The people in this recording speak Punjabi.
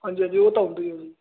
ਹਾਂਜੀ ਹਾਂਜੀ ਉਹ ਤਾਂ ਆਉਂਦੀ ਆ ਜੀ